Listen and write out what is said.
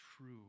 true